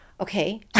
Okay